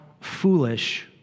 foolish